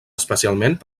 especialment